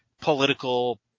political